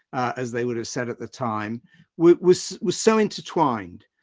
as they would have said at the time was, was so intertwined.